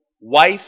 wife